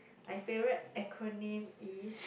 my favourite acronym is